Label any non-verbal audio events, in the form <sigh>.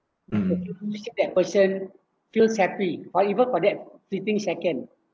<noise> would you see that person feels happy or even for that fifteen second